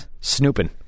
Snooping